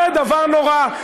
זה דבר נורא.